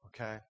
okay